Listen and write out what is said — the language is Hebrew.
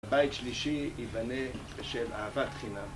הבית שלישי ייבנה בשל אהבת חינם